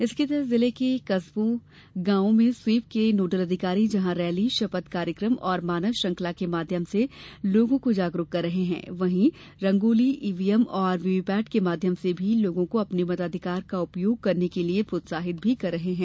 इसके तहत जिले के नगरों कस्बों ग्रामों में स्वीप के नोडल अधिकारी जहां रैली शपथ कार्यक्रम तथा मानव श्रुखंला के माध्यम से लोगों को जागरूक कर रहे हैं वहीं रंगोली ईवीएम और वीवीपैट के माध्यम से भी लोगों को अपने मताधिकार का उपयोग करने के लिये प्रोत्साहित भी कर रहे हैं